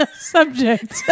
subject